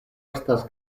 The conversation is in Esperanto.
estas